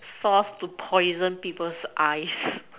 solve to poison people's eyes